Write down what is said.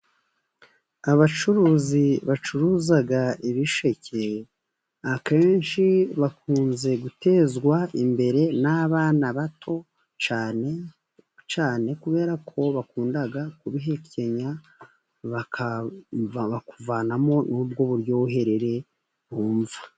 Abacuruzi bacuruza ibisheke, akenshi bakunze gutezwa imbere n'abana bato cyane cyane, kubera ko bakunda kubihekenya bakavanamo ubwo buryoherere bumva.